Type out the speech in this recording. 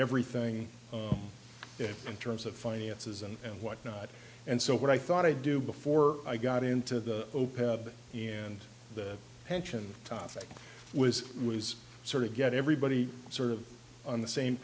everything if in terms of finances and whatnot and so what i thought i do before i got into the open and the pension topic was was sort of get everybody sort of on the same